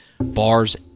bars